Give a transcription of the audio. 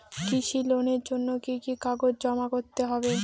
কৃষি লোনের জন্য কি কি কাগজ জমা করতে হবে?